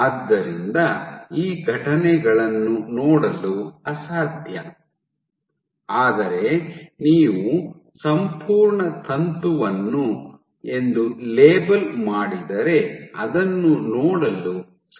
ಆದ್ದರಿಂದ ಈ ಘಟನೆಗಳನ್ನು ನೋಡಲು ಅಸಾಧ್ಯ ಆದರೆ ನೀವು ಸಂಪೂರ್ಣ ತಂತುವನ್ನು ಎಂದು ಲೇಬಲ್ ಮಾಡಿದರೆ ಅದನ್ನು ನೋಡಲು ಸಾಧ್ಯವಿದೆ